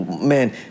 man